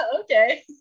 okay